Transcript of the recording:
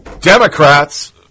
Democrats